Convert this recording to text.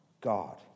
God